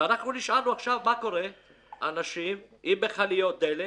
ורק אנחנו נשארנו עכשיו עם מכליות דלק